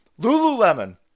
Lululemon